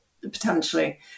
potentially